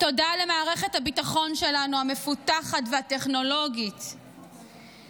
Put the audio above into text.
תודה למערכת הביטחון המפותחת ולטכנולוגית שלנו,